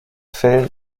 fällen